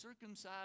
circumcised